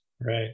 Right